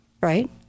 right